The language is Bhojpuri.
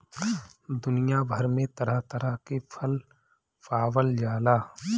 दुनिया भर में तरह तरह के फल पावल जाला